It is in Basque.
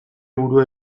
burua